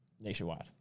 nationwide